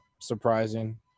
surprising